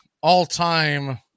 all-time